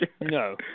No